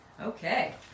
okay